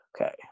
Okay